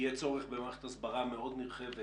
יהיה צורך במערכת הסברה נרחבת,